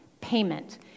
payment